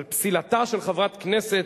על פסילתה של חברת כנסת